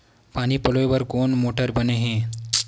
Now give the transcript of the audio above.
पानी पलोय बर कोन मोटर बने हे?